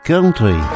Country